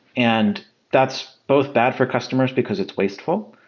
and that's both bad for customers because it's wasteful,